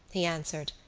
he answered,